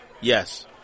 Yes